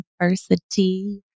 University